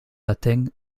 latin